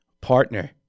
partner